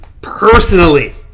personally